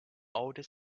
older